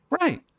right